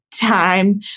time